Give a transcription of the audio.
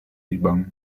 iban